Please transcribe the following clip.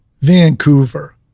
Vancouver